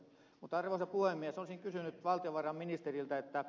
mutta arvoisa puhemies olisin kysynyt valtiovarainministeriltä että